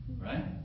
Right